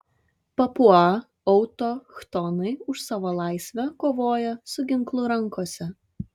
papua autochtonai už savo laisvę kovoja su ginklu rankose